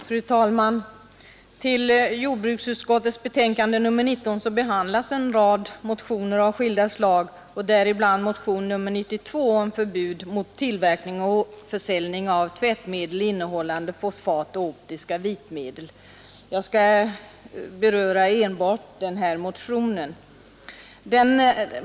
Fru talman! I jordbruksutskottets betänkande nr 19 behandlas en rad motioner av skilda slag, däribland motionen 92 om förbud mot tillverkning och försäljning av tvättmedel innehållande fosfat och optiska vitmedel. Jag skall beröra enbart den motionen.